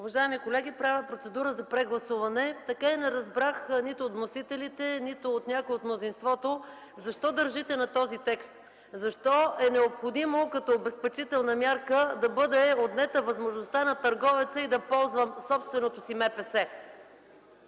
Уважаеми колеги, правя процедура за прегласуване. Така и не разбрах нито от вносителите, нито от някой от мнозинството, защо държите на този текст? Защо е необходимо, като обезпечителна мярка, да бъде отнета възможността на търговеца да полза собственото си МПС.